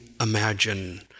imagine